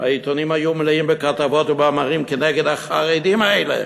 והעיתונים היו מלאים בכתבות ובמאמרים כנגד החרדים האלה.